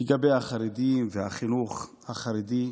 לגבי החרדים והחינוך החרדי.